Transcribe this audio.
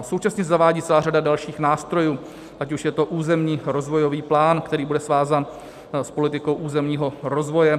Současně se zavádí celá řada dalších nástrojů, ať už je to územní rozvojový plán, který bude svázán s politikou územního rozvoje.